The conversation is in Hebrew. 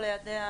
לא.